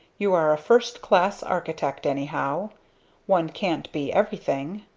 you are a first-class architect, anyhow one can't be everything.